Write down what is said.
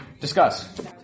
discuss